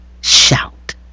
shout